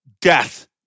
death